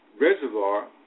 reservoir